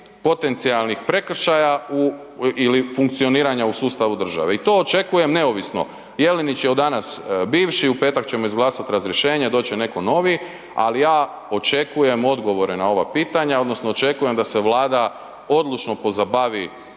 potencijalnih prekršaja ili funkcioniranja u sustavu države. I to očekujem neovisno, Jelenić je od danas bivši, u petak ćemo izgledati razrješenje, doći će netko novi, ali ja očekujem odgovore na ova pitanja, odnosno očekujem da se Vlada odlučno pozabavi